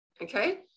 Okay